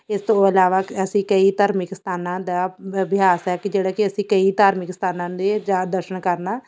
ਇਸ ਤੋਂ ਇਲਾਵਾ ਅਸੀਂ ਕਈ ਧਰਮਿਕ ਸਥਾਨਾਂ ਦਾ ਅਭਿਆਸ ਹੈ ਜਿਹੜਾ ਕਿ ਅਸੀਂ ਕਈ ਧਾਰਮਿਕ ਸਥਾਨਾਂ ਦੇ ਜਾਂ ਦਰਸ਼ਨ ਕਰਨਾ